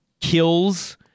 kills